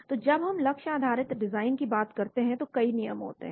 तो जब हम लक्ष्य आधारित डिजाइन की बात करते हैं तो कई नियम होते हैं